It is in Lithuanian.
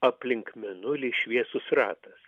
aplink mėnulį šviesus ratas